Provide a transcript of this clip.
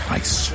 ice